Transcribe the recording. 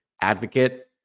advocate